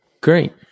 Great